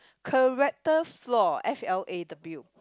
character flaw F L A W